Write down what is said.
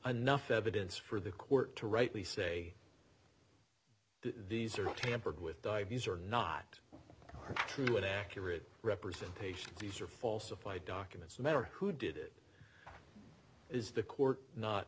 enough evidence for the court to rightly say that these are not tampered with diabetes are not true and accurate representation these are falsified documents matter who did it is the court not